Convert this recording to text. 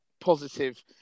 positive